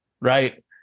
right